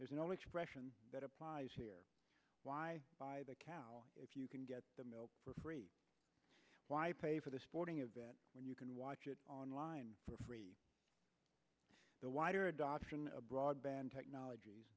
there's no expression that applies here why buy the cow if you can get the milk for free why pay for the sporting event when you can watch it online for free the wider adoption of broadband technologies